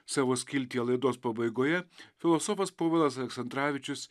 savo skiltyje laidos pabaigoje filosofas povilas aleksandravičius